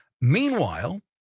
Meanwhile